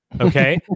Okay